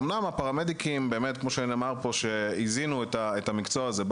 אמנם הפרמדיקים הזינו את המקצוע הזה,